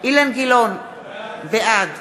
אילן גילאון, בעד